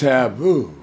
Taboo